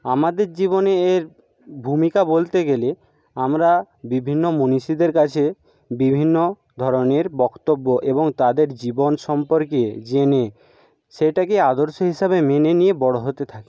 আমাদের জীবনে এর ভূমিকা বলতে গেলে আমরা বিভিন্ন মনীষীদের কাছে বিভিন্ন ধরনের বক্তব্য এবং তাদের জীবন সম্পর্কে জেনে সেটাকেই আদর্শ হিসেবে মেনে নিয়ে বড় হতে থাকি